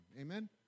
amen